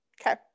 Okay